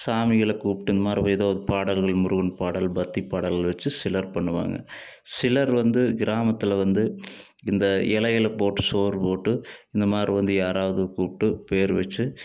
சாமிகளை கூப்பிட்டு இந்த மாதிரி ஏதோ அது பாடல்களின் முருகன் பாடல் பக்தி பாடல் வச்சு சிலர் பண்ணுவாங்க சிலர் வந்து கிராமத்தில் வந்து இந்த இலைகள போட்டு சோறு போட்டு இந்தமாதிரி வந்து யாராவது கூப்பிட்டு பேர் வச்சு